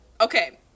Okay